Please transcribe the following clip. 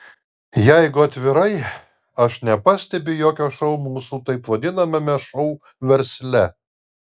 jei atvirai aš nepastebiu jokio šou mūsų taip vadinamame šou versle